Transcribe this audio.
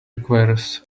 requires